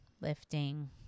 lifting